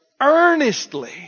earnestly